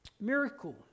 miracle